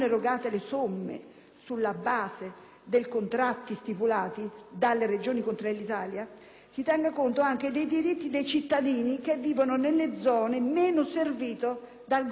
sulla base dei contratti stipulati dalle Regioni con Trenitalia spa, anche dei diritti dei cittadini che vivono nelle zone meno servite dal gruppo Ferrovie dello Stato.